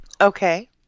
okay